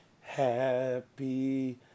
Happy